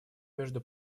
между